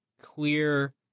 clear